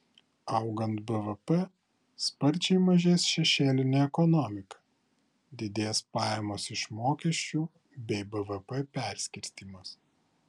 augant bvp sparčiai mažės šešėlinė ekonomika didės pajamos iš mokesčių bei bvp perskirstymas